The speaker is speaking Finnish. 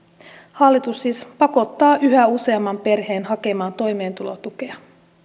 hallitus siis pakottaa yhä useamman perheen hakemaan toimeentulotukea